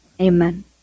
Amen